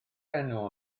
enw